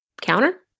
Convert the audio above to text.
counter